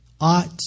ought